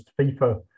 FIFA